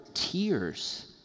Tears